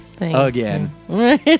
Again